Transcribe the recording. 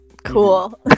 cool